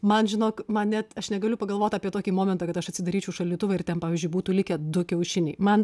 man žinok man net aš negaliu pagalvot apie tokį momentą kad aš atsidaryčiau šaldytuvą ir ten pavyzdžiui būtų likę du kiaušiniai man